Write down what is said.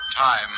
Time